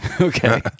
Okay